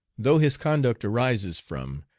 though his conduct arises from,